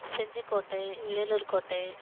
செஞ்சிக்கோட்டை வேலூர்கோட்டை